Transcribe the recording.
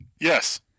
Yes